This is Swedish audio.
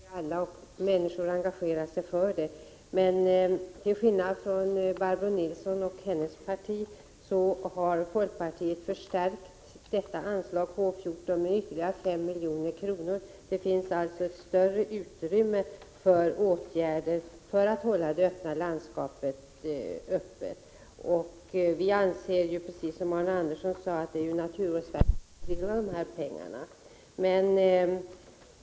Fru talman! Barbro Nilsson tar upp samma fråga som jag berörde i gårdagens debatt, behovet av ett öppet landskap. Vi vet alla att människor engagerar sig för det, men till skillnad från Barbro Nilsson och hennes parti har folkpartiet förstärkt detta anslag, H 14, med ytterligare 5 milj.kr. I vårt förslag finns alltså ett större utrymme för åtgärder i syfte att hålla odlingslandskapet öppet. Vi anser, precis som Arne Andersson i Ljung sade, att det är naturvårdsverket som skall fördela de här pengarna.